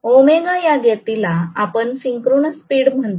omega या गतीला आपण सिंक्रोनस स्पीड म्हणतो